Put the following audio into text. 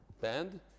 band